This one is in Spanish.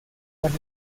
las